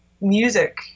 music